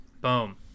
Boom